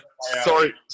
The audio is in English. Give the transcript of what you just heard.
sorry